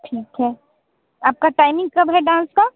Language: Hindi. ठीक है आपका टाइमिंग कब है डांस का